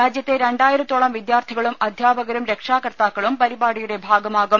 രാജ്യത്തെ രണ്ടായിരത്തോളം വിദ്യാർത്ഥികളും അധ്യാപകരും രക്ഷാകർത്താക്കളും പരിപാടിയുടെ ഭാഗമാകും